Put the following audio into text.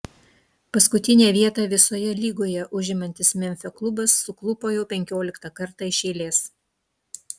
paskutinę vietą visoje lygoje užimantis memfio klubas suklupo jau penkioliktą kartą iš eilės